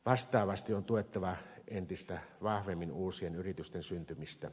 vastaavasti on tuettava entistä vahvemmin uusien yritysten syntymistä